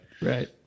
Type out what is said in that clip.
Right